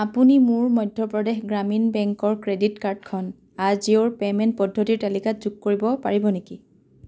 আপুনি মোৰ মধ্য প্ৰদেশ গ্ৰামীণ বেংকৰ ক্ৰেডিট কাৰ্ডখন আজিঅ'ৰ পে'মেণ্ট পদ্ধতিৰ তালিকাত যোগ কৰিব পাৰিব নেকি